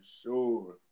sure